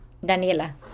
Daniela